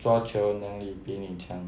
卓球能力比你强